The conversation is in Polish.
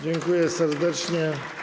Dziękuję serdecznie.